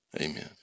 amen